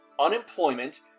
unemployment